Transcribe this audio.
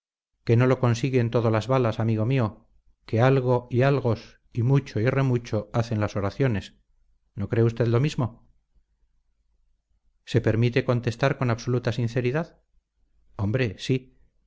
que no lo consiguen todo las balas amigo mío que algo y algos y mucho y remucho hacen las oraciones no cree usted lo mismo se permite contestar con absoluta sinceridad hombre sí